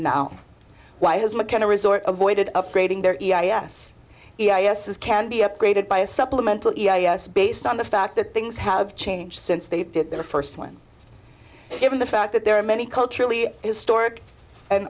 now why has mckenna resort avoided upgrading their e i a s if this can be upgraded by a supplemental based on the fact that things have changed since they did their first one given the fact that there are many culturally historic